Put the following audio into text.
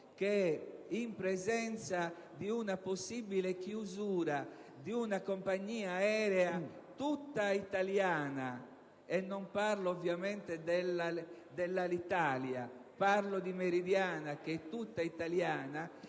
che in presenza di una possibile chiusura di una compagnia aerea tutta italiana (non parlo ovviamente dell'Alitalia, ma di Meridiana, che - ripeto - è tutta italiana)